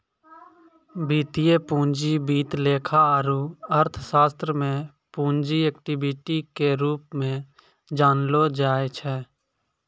वित्तीय पूंजी वित्त लेखा आरू अर्थशास्त्र मे पूंजी इक्विटी के रूप मे जानलो जाय छै